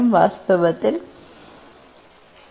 വാസ്തവത്തിൽ ഈ